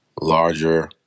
larger